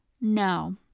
no